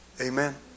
Amen